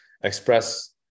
express